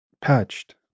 patched